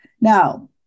Now